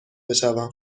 بشوم